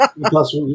Plus